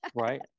right